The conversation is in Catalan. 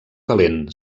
calent